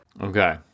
Okay